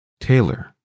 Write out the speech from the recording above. Taylor